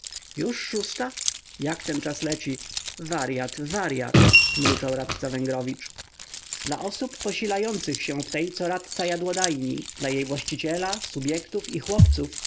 już szósta jak ten czas leci waryat waryat mruczał radca węgrowicz dla osób posilających się w tej co radca jadłodajni dla jej właściciela subjektów i chłopców